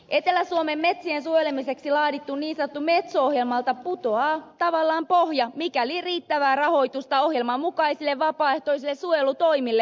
etelä suomen metsien suojelemiseksi laaditulta niin sanotulta metso ohjelmalta putoaa tavallaan pohja mikäli riittävää rahoitusta ohjelman mukaisille vapaaehtoisille suojelutoimille ei budjettiin varata